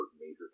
major